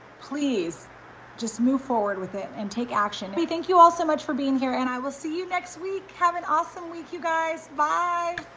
please just move forward with it and take action. but hey, thank you all so much for being here and i will see you next week. have an awesome week you guys, bye.